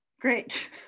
Great